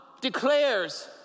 declares